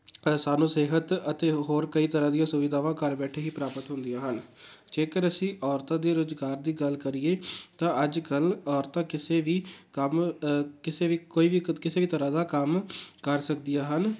ਪਰ ਸਾਨੂੰ ਸਿਹਤ ਅਤੇ ਹੋਰ ਕਈ ਤਰ੍ਹਾਂ ਦੀਆਂ ਸੁਵਿਧਾਵਾਂ ਘਰ ਬੈਠੇ ਹੀ ਪ੍ਰਾਪਤ ਹੁੰਦੀਆਂ ਹਨ ਜੇਕਰ ਅਸੀਂ ਔਰਤਾਂ ਦੇ ਰੁਜ਼ਗਾਰ ਦੀ ਗੱਲ ਕਰੀਏ ਤਾਂ ਅੱਜ ਕੱਲ੍ਹ ਔਰਤਾਂ ਕਿਸੇ ਵੀ ਕੰਮ ਕਿਸੇ ਵੀ ਕੋਈ ਵੀ ਕਿਸੇ ਵੀ ਤਰ੍ਹਾਂ ਦਾ ਕੰਮ ਕਰ ਸਕਦੀਆਂ ਹਨ